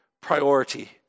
priority